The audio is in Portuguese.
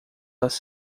das